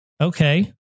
okay